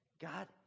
god